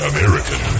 American